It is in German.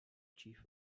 chief